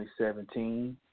2017